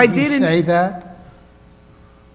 i didn't say that